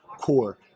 core